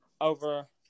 over –